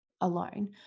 alone